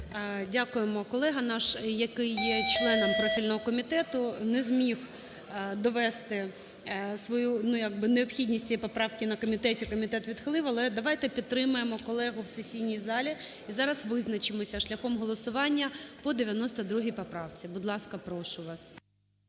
Дякуємо. Колега наш, який є членом профільного комітету, не зміг довести свою ну як би необхідність цієї поправки на комітеті, комітет відхилив, але давайте підтримаємо колегу в сесійній залі, і зараз визначимося шляхом голосування по 92-й поправці. Будь ласка, прошу вас.